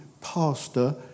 pastor